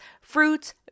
fruits